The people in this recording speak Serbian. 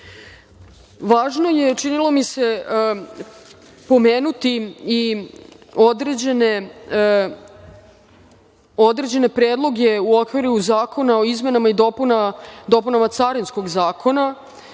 je, činilo mi se, pomenuti i određene predloge u okviru Zakona o izmenama i dopunama Carinskog zakona